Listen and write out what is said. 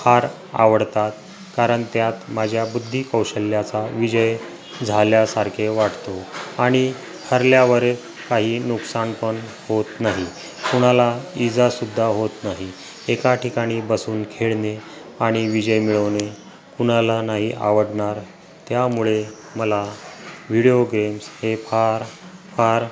फार आवडतात कारण त्यात माझ्या बुद्धिकौशल्याचा विजय झाल्यासारखे वाटतो आणि हरल्यावर काही नुकसानपण होत नाही कुणाला इजासुद्धा होत नाही एका ठिकाणी बसून खेळणे आणि विजय मिळवणे कुणाला नाही आवडणार त्यामुळे मला व्हिडिओ गेम्स हे फार फार